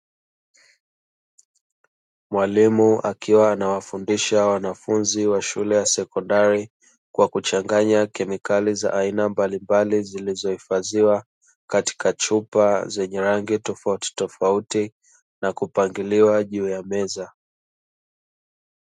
Mwalimu akiwa anawafundisha wanafunzi wa shule ya sekondari kwa kuchanganya kemikali za aina mbalimbali zilizohifadhiwa katika chupa zenye rangi tofautitofauti, na kupangiliwa juu ya meza.